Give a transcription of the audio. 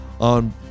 on